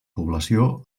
població